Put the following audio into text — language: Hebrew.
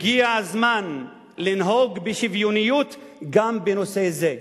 הגיע הזמן לנהוג בשוויוניות גם בנושא זה.